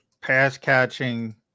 pass-catching